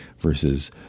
versus